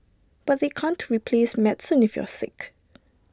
but they can't replace medicine if you're sick